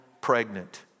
pregnant